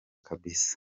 kabisa